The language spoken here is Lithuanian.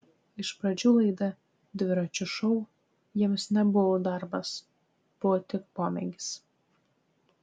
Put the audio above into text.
iš pradžių laida dviračio šou jiems nebuvo darbas buvo tik pomėgis